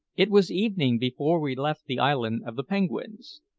it was evening before we left the island of the penguins.